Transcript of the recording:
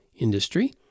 industry